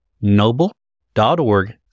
noble.org